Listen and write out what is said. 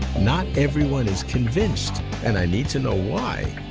not everyone is convinced and i need to know why.